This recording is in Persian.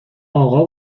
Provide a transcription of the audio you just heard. اقا